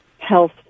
health